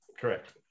Correct